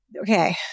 okay